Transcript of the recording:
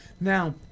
Now